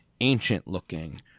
ancient-looking